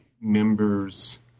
members